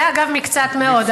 זה, אגב, מקצת מאוד.